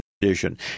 condition